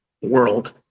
world